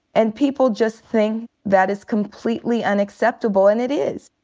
and people just think that is completely unacceptable. and it is.